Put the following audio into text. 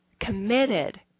committed